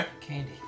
Candy